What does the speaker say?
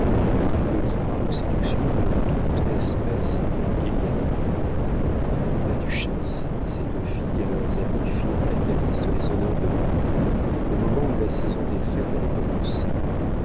et elle le livra aux séductions de toute espèce qui l'y attendaient la duchesse ses deux filles et leurs amis firent à calyste les honneurs de paris au moment où la saison des fêtes allait commencer